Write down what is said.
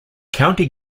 county